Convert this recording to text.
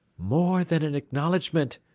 more than an acknowledgment,